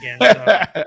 again